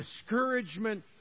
discouragement